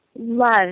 love